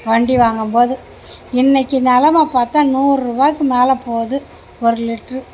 வண்டி வாங்கும்போது இன்னைக்கி நெலமை பார்த்தா நூறு ரூபாய்க்கு மேலே போகுது ஒரு லிட்ரு